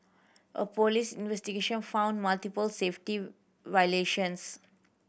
a police investigation found multiple safety violations